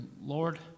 Lord